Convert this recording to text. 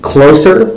Closer